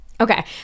Okay